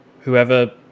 whoever